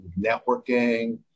networking